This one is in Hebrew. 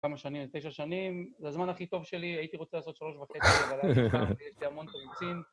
כמה שנים? את תשע שנים? זה הזמן הכי טוב שלי, הייתי רוצה לעשות שלוש וחצי, אבל אני חייב, יש לי המון תרוצים.